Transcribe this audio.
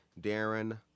Darren